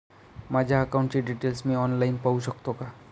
माझ्या अकाउंटचे डिटेल्स मी ऑनलाईन पाहू शकतो का?